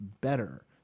better